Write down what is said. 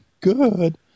good